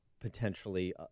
potentially